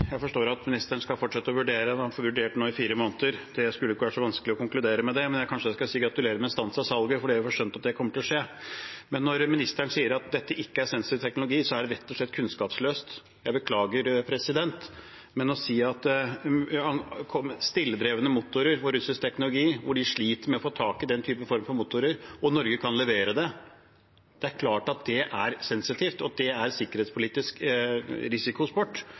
Jeg forstår at ministeren skal fortsette å vurdere. Han har nå vurdert i fire måneder, og det skulle ikke være så vanskelig å konkludere. Kanskje skal jeg si gratulerer med stans av salget, for jeg har skjønt at det kommer til å skje, men når ministeren sier at dette ikke er sensitiv teknologi, er det rett og slett kunnskapsløst. Jeg beklager, president. Men stillegående motorer og russisk teknologi, der Russland sliter med å få tak i den typen motorer og Norge kan levere det – det er klart at det er sensitivt, og at det er sikkerhetspolitisk risikosport.